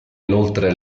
inoltre